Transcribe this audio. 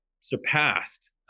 surpassed